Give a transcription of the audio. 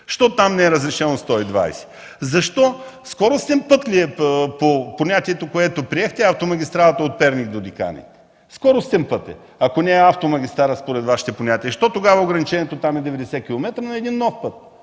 Защо там не е разрешена скорост 120 км в час? Скоростен път ли е според понятието, което приехте, автомагистралата от Перник до Диканите? Скоростен път е, ако не е автомагистрала според Вашите понятия. Защо тогава ограничението там е 90 км на нов път?